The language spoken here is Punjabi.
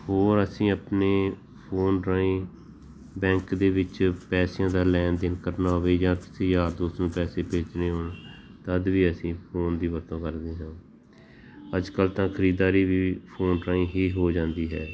ਹੋਰ ਅਸੀਂ ਆਪਣੇ ਫ਼ੋਨ ਰਾਹੀਂ ਬੈਂਕ ਦੇ ਵਿੱਚ ਪੈਸਿਆਂ ਦਾ ਲੈਣ ਦੇਣ ਕਰਨਾ ਹੋਵੇ ਜਾਂ ਕਿਸੀ ਯਾਰ ਦੋਸਤ ਨੂੰ ਪੈਸੇ ਭੇਜਣੇ ਹੋਣ ਤਦ ਵੀ ਅਸੀਂ ਫ਼ੋਨ ਦੀ ਵਰਤੋ ਕਰਦੇ ਹਾਂ ਅੱਜ ਕੱਲ੍ਹ ਤਾਂ ਖਰੀਦਦਾਰੀ ਵੀ ਫ਼ੋਨ ਰਾਹੀਂ ਹੀ ਹੋ ਜਾਂਦੀ ਹੈ